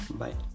bye